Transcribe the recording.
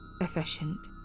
Efficient